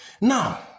now